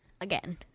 Again